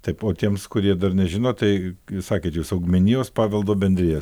taip o tiems kurie dar nežino tai jūs sakėt jūs augmenijos paveldo bendrija